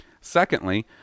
Secondly